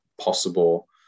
possible